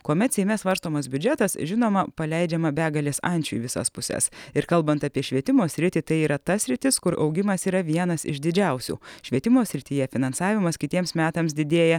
kuomet seime svarstomas biudžetas žinoma paleidžiama begalės ančių į visas puses ir kalbant apie švietimo sritį tai yra ta sritis kur augimas yra vienas iš didžiausių švietimo srityje finansavimas kitiems metams didėja